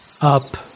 Up